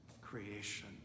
creation